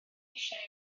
eisiau